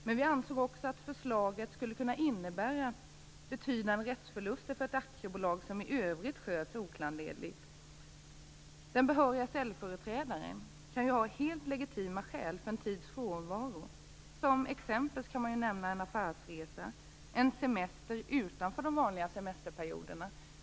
Men vi ansåg också att förslaget skulle kunna innebära betydande rättsförluster för ett aktiebolag som i övrigt sköts oklanderligt. Den behöriga ställföreträdaren kan ju ha helt legitima skäl för en tids frånvaro. Som exempel kan man nämna en affärsresa eller en semester utanför de vanliga semesterperioderna.